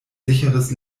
sicheres